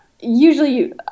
usually